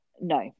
No